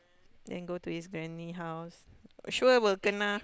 then go to his granny house sure will kena